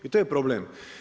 I to je problem.